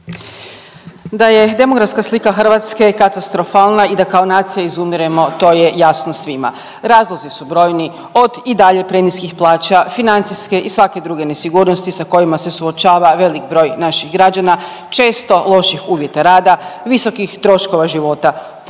Da je demografska slika Hrvatske katastrofalna i da kao nacija izumiremo, to jasno svima. Razlozi su brojni, od i dalje preniskih plaća, financijske i svake druge sigurnosti sa kojima se suočava velik broj naših građana, često loših uvjeta rada, visokih troškova života, potpuno